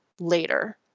later